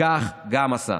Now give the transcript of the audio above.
וכך גם עשה.